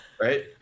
Right